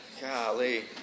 Golly